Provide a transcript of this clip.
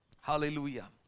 hallelujah